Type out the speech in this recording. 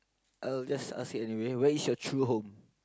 I will just ask it anyway where is your true home